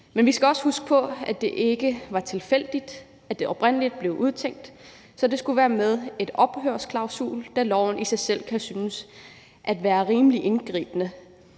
Men vi skal også huske på, at det ikke var tilfældigt, at det oprindelig blev udtænkt, at det skulle være med en ophørsklausul, da loven i sig selv kan synes at være rimelig indgribende.